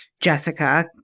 Jessica